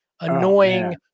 annoying